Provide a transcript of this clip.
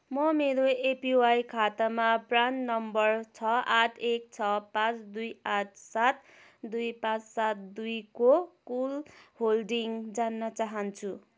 म मेरो एपिवाई खातामा प्रान नम्बर छ आठ एक तिन पाँच दुई आठ सात दुई पाँच सात दुई को कुल होल्डिङ जान्न चाहन्छु